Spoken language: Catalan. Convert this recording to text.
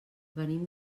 venim